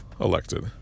elected